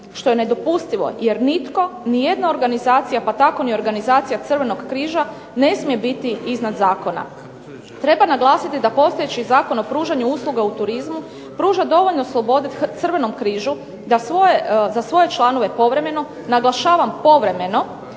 što je nedopustivo jer nitko, ni jedna organizacija, pa tako ni organizacija Crvenog križa ne smije biti iznad zakona. Treba naglasiti da postojeći Zakon o pružanju usluga u turizmu pruža dovoljno slobode Crvenom križu da svoje, za svoje članove povremeno, naglašavam povremeno